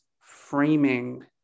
framing